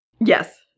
Yes